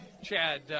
Chad